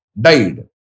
Died